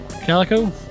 Calico